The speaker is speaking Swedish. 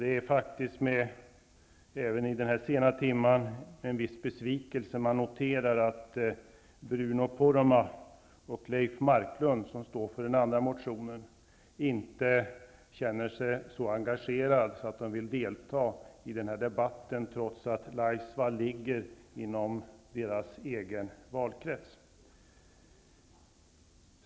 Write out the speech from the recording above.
Det är faktiskt med, även i denna sena timma, en viss besvikelse jag noterar att Bruno Poromaa och Leif Marklund, som står för den andra motionen, inte känner sig så engagerade att de vill delta i debatten -- trots att Laisvall ligger inom deras egen valkrets.